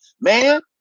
man